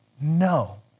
no